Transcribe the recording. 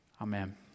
Amen